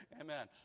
Amen